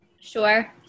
Sure